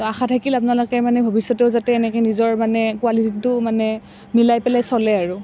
তো আশা থাকিল আপোনালোকে মানে ভৱিষ্যতেও যাতে এনেকৈ নিজৰ মানে কোৱালিটিটো মানে মিলাই পেলাই চলে আৰু